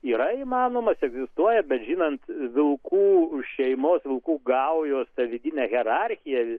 yra įmanomas egzistuoja bet žinant vilkų šeimos vilkų gaujos vidinę hierarchiją